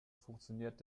funktioniert